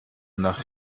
nach